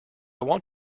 want